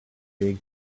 big